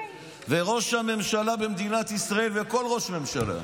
ראש הממשלה במדינת ישראל וכל ראש ממשלה,